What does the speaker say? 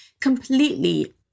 completely